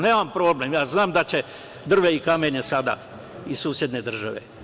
Nemam problem, znam da će drvlje i kamenje sada iz susedne države.